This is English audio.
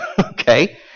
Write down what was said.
Okay